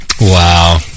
Wow